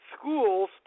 schools